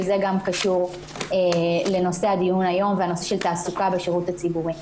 שזה גם קשור לנושא הדיון היום ונושא התעסוקה בשירות הציבורי.